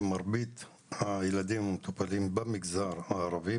שמרבית הילדים המטופלים במגזר הערבי,